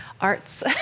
arts